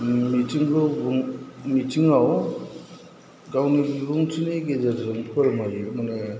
हम मिथिंखौ मिथिंआव गावनि बिबुंथिनि गेजेरजों फोरमायो माने